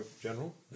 general